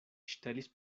ŝtelis